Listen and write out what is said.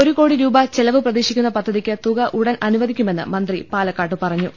ഒരു കോടി രൂപ ചെലവ് പ്രതീക്ഷിക്കുന്ന പദ്ധതിക്ക് തുക ഉടൻ അനുവദിക്കുമെന്ന് മന്ത്രി പാല്ക്കാട്ട് പറഞ്ഞു